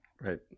right